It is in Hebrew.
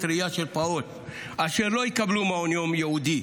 ראייה של פעוט אשר לא יקבלו מעון יום ייעודי,